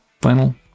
final